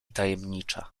tajemnicza